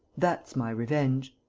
that's my revenge.